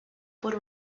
por